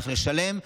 צריך לשלם,